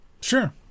Sure